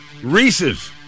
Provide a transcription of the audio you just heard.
Reese's